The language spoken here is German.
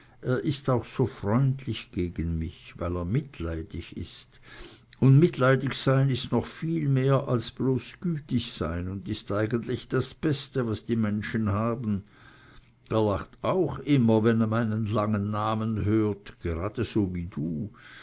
er ist auch so freundlich gegen mich weil er mitleidig ist und mitleidig sein ist noch viel mehr als bloß gütig sein und ist eigentlich das beste was die menschen haben er lacht auch immer wenn er meinen langen namen hört geradeso wie du